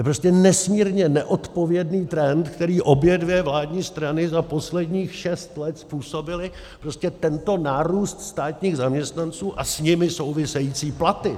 To je prostě nesmírně neodpovědný trend, který obě dvě vládní strany za posledních šest let způsobily, tento nárůst státních zaměstnanců a s nimi související platy.